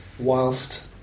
Whilst